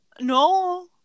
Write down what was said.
No